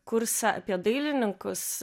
kursą apie dailininkus